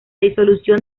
disolución